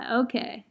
okay